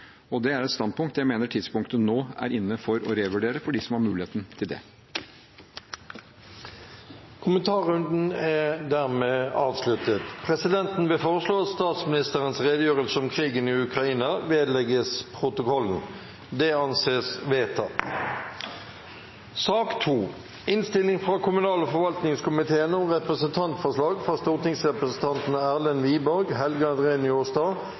Det er et standpunkt jeg mener tidspunktet nå er inne for å revurdere for dem som har muligheten til det. Kommentarrunden er dermed avsluttet. Presidenten vil foreslå at statsministerens redegjørelse om krigen i Ukraina vedlegges protokollen. – Det anses vedtatt. Etter ønske fra kommunal- og forvaltningskomiteen